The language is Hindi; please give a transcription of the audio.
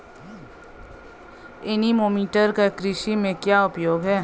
एनीमोमीटर का कृषि में क्या उपयोग है?